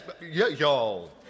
y'all